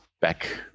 back